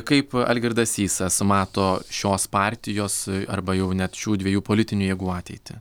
kaip algirdas sysas mato šios partijos arba jau net šių dviejų politinių jėgų ateitį